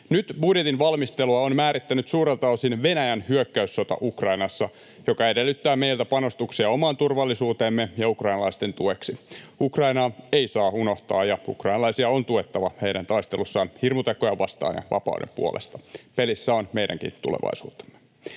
Nyt budjetin valmistelua on määrittänyt suurelta osin Venäjän hyökkäyssota Ukrainassa, joka edellyttää meiltä panostuksia omaan turvallisuuteemme ja ukrainalaisten tueksi. Ukrainaa ei saa unohtaa, ja ukrainalaisia on tuettava heidän taistelussaan hirmutekoja vastaan ja vapauden puolesta. Pelissä on meidänkin tulevaisuutemme.